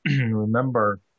remember